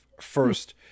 first